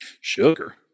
sugar